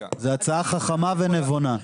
זאת הצעה חכמה ונבונה.